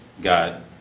God